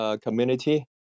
community